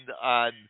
on